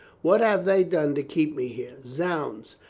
what have they done to keep me here? zounds,